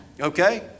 Okay